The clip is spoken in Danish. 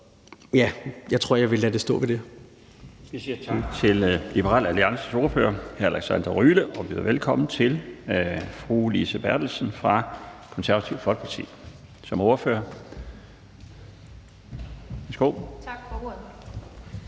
jeg tror, jeg vil lade det stå ved det.